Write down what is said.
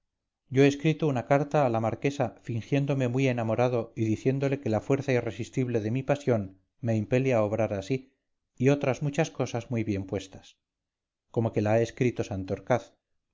ya he escrito una carta a la marquesa fingiéndome muy enamorado y diciéndole que la fuerza irresistible de mi pasión me impele a obrar así y otras muchas cosas muy bien puestas como que la ha escrito santorcaz